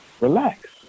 relax